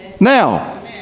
Now